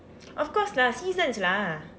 of course lah seasons lah